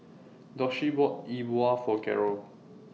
Doshie bought E Bua For Garold